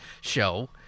show